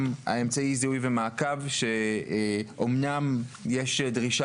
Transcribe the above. גם אמצעי זיהוי ומעקב שאמנם יש דרישה